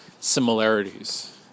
similarities